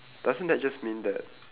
doesn't that just mean that